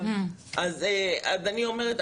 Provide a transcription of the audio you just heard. אז אני אומרת,